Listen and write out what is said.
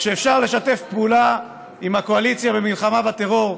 כשאפשר לשתף פעולה עם הקואליציה למלחמה בטרור,